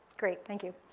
great, thank you.